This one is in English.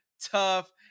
tough